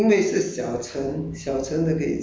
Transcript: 泰国泰国的可以吃